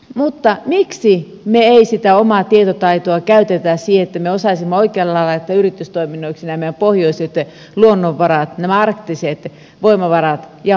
mutta miksi me emme sitä omaa tietotaitoamme käytä siihen että me osaisimme oikealla lailla laittaa yritystoiminnoiksi nämä pohjoiset luonnonvarat nämä arktiset voimavarat ja mahdollisuudet